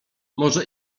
może